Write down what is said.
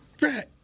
Right